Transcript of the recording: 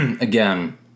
again